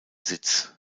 sitz